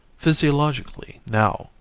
physiologically, now,